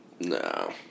No